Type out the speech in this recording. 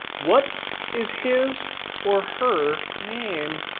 what is his or her name?